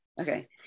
Okay